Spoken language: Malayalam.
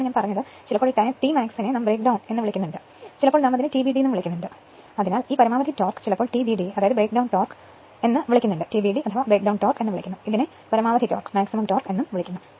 അതാണ് ഞാൻ പറഞ്ഞത് ചിലപ്പോൾ ഈ t max നെ നാം ബ്രേക്ക് ഡൌൺ എന്ന് വിളിക്കുന്നു ചിലപ്പോൾ നാം അതിനെ TBD എന്ന് വിളിക്കുന്നു അതായത് ആ പരമാവധി ടോർക്ക് ചിലപ്പോൾ TBDയെ ബ്രേക്ക്ഡൌൺ ടോർക്ക് എന്ന് വിളിക്കുന്നു ഇതിനെ പരമാവധി ടോർക്ക് എന്ന് വിളിക്കുന്നു